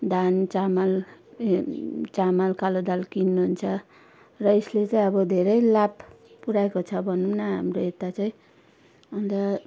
धान चामल ए चामल कालो दाल किन्नु हुन्छ र यसले चाहिँ अब धेरै लाभ पुर्याएको छ भनौँ न हाम्रो यता चाहिँ अन्त